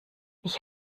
ich